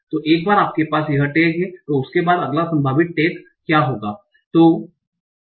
और एक बार आपके पास यह टैग हैं तो उसके बाद अगला संभावित टैग क्या होगा